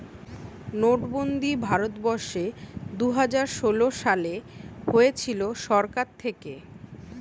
নোটবন্দি ভারত বর্ষে দুইহাজার ষোলো সালে হয়েছিল সরকার থাকে